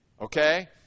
Okay